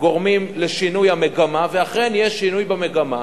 גורמים לשינוי המגמה, ואכן יש שינוי במגמה,